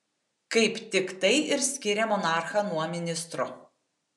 kaip tik tai ir skiria monarchą nuo ministro